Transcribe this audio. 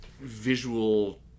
Visual